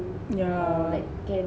yeah